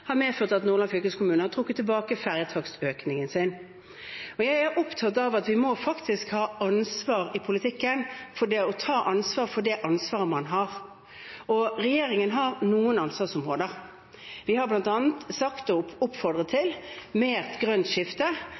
har medført at Nordland fylkeskommune har trukket tilbake fergetakstøkningen sin. Jeg er opptatt av at man i politikken faktisk må ta ansvar for det ansvaret man har. Regjeringen har noen ansvarsområder. Vi har bl.a. oppfordret til mer grønt skifte, og derfor har vi store ambisjoner om mer